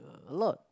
a lot